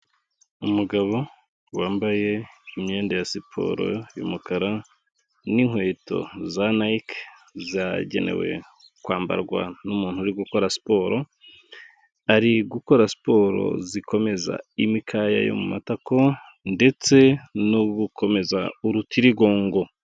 Umugabo wambaye imyenda ya siporo y'umukara n'inkweto za Nike, zagenewe kwambarwa n'umuntu uri gukora siporo, ari gukora siporo zikomeza imikaya yo mu matako ndetse no gukomeza urutirigongo.